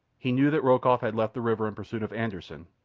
he knew that rokoff had left the river in pursuit of anderssen,